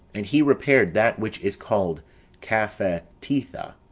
and he repaired that which is called caphetetha